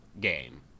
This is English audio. game